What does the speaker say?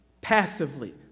passively